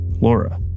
Laura